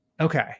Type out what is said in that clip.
Okay